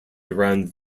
around